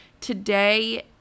today